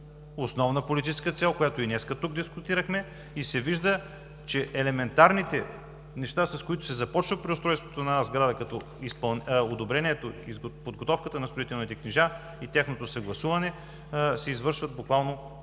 Основна политическа цел, която и днес тук дискутирахме и се вижда, че елементарните неща, с които се започва преустройството на една сграда, като одобрението, подготовката на строителните книжа и тяхното съгласуване се извършват буквално